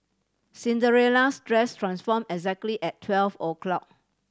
Cinderella's dress transform exactly at twelve o' clock